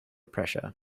pressure